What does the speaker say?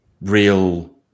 real